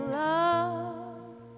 love